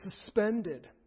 suspended